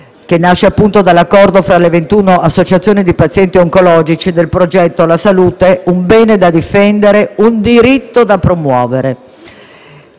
che nasce appunto dall'accordo tra le 21 associazioni di pazienti oncologici del progetto «La Salute: un bene da difendere, un diritto da promuovere».